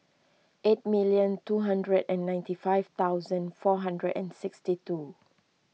eight million two hundred and ninety five thousand four hundred and sixty two